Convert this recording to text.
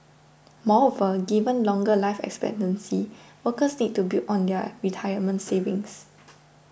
moreover given longer life expectancy workers need to build on their retirement savings